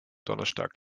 donnerstag